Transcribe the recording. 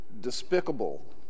despicable